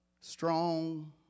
strong